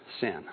sin